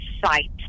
site